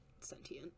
sentient